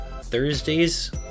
Thursdays